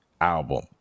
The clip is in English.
album